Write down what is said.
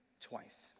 twice